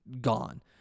gone